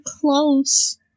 close